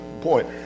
point